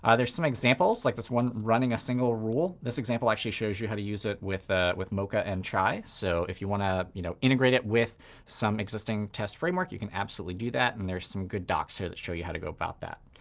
ah there's some examples, like this one running a single rule. this example actually shows you how to use it with ah with mocha and chai. so if you want to you know integrate it with some existing test framework, you can absolutely do that. and there's some good docs here that show you how to go about that.